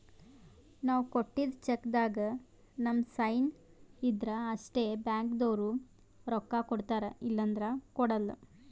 ನಾವ್ ಕೊಟ್ಟಿದ್ದ್ ಚೆಕ್ಕ್ದಾಗ್ ನಮ್ ಸೈನ್ ಇದ್ರ್ ಅಷ್ಟೇ ಬ್ಯಾಂಕ್ದವ್ರು ರೊಕ್ಕಾ ಕೊಡ್ತಾರ ಇಲ್ಲಂದ್ರ ಕೊಡಲ್ಲ